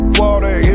water